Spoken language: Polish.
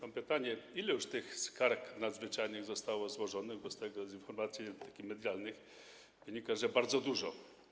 Mam pytanie, ile już tych skarg nadzwyczajnych zostało złożonych, bo z informacji medialnych wynika, że bardzo dużo.